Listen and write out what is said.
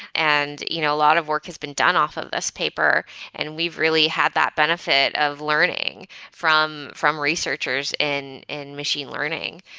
and you know a lot of work has been done off of this paper and we've really had that benefit of learning from from researchers in and machine learning.